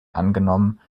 angenommen